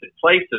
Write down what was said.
places